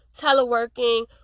teleworking